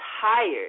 tired